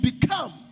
become